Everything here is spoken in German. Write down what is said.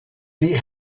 die